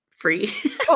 free